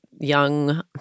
young